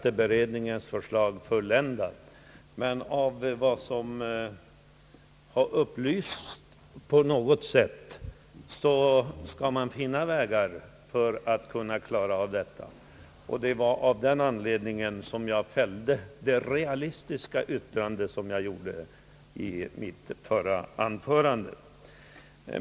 Enligt de upplysningar som har lämnats skulle det emellertid finnas vägar att klara av detta problem. Det var av den anledningen som jag fällde det realistiska yttrandet härom i mitt förra anförande.